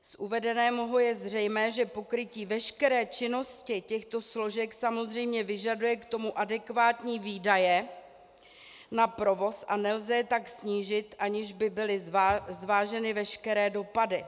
Z uvedeného je zřejmé, že pokrytí veškeré činnosti těchto složek samozřejmě vyžaduje k tomu adekvátní výdaje na provoz, a nelze je tak snížit, aniž by byly zváženy veškeré dopady.